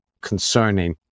concerning